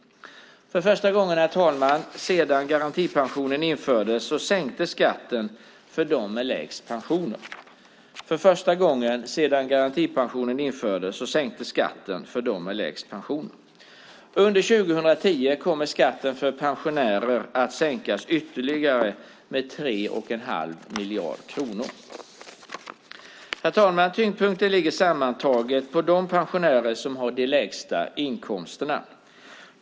För första gången sedan garantipensionen infördes sänktes skatten för dem med lägst pension. Under 2010 kommer skatten för pensionärer att sänkas ytterligare med 3 1⁄2 miljard kronor. Tyngdpunkten ligger sammantaget på de pensionärer som har de lägsta inkomsterna.